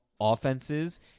offenses